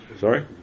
Sorry